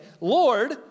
Lord